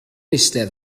eistedd